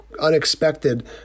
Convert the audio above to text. unexpected